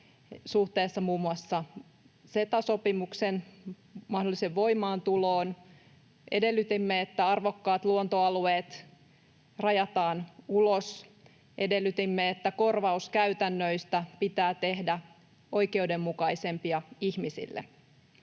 suhteessa muun muassa CETA-sopimuksen mahdolliseen voimaantuloon. Edellytimme, että arvokkaat luontoalueet rajataan ulos. Edellytimme, että korvauskäytännöistä pitää tehdä oikeudenmukaisempia ihmisille.